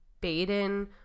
Baden